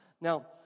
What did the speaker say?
Now